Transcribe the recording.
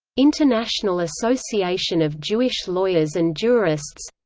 international association of jewish lawyers and jurists